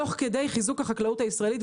תוך כדי חיזוק החקלאות הישראלית.